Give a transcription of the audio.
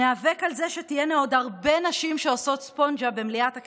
ניאבק על זה שתהיינה עוד הרבה נשים שעושות ספונג'ה במליאת הכנסת,